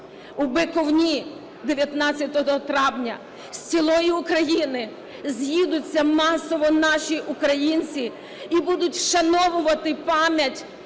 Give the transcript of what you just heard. У Биківні 19 травня з цілої України з'їдуться масово наші українці і будуть вшановувати пам'ять